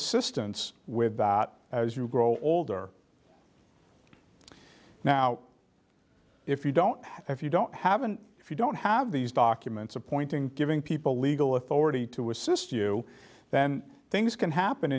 assistance with that as you grow older now if you don't if you don't haven't if you don't have these documents appointing giving people legal authority to assist you then things can happen